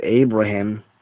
Abraham